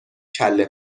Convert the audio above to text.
کله